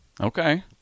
Okay